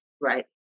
right